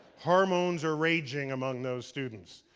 hormones are raging among those students.